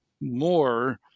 more